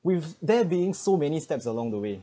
with there being so many steps along the way